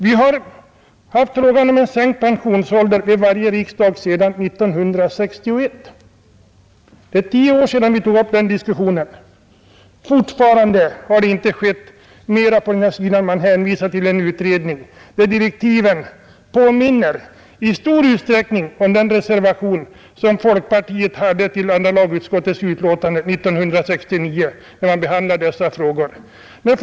Vi har haft frågan om en sänkt pensionsålder uppe vid varje riksdag sedan 1961. Det har gått tio år sedan vi tog upp den diskussionen. Fortfarande har det inte skett mera på den här sidan än att man hänvisar till en utredning, vars direktiv i stor utsträckning påminner om de reservationer som folkpartiet hade till det andra lagutskottets utlåtande 1969, i vilket dessa frågor behandlades.